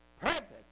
perfect